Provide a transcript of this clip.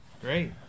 great